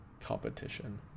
Competition